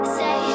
say